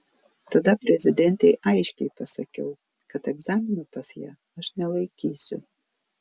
tada prezidentei aiškiai pasakiau kad egzamino pas ją aš nelaikysiu